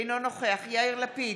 אינו נוכח יאיר לפיד,